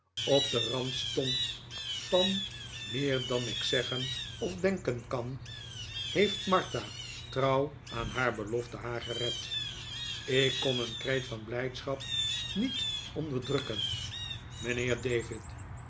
op den rand stond van meer dan ik zeggen of denken kan heeft martha trouw aan haar belofte haar gered ik kon een kreet van blijdschap niet onderdrukken mijnheer david